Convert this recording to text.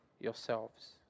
yourselves